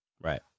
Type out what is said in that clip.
Right